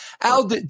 Al